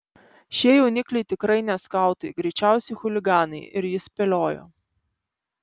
šie jaunikliai tikrai ne skautai greičiausiai chuliganai ir jis spėliojo